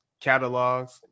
catalogs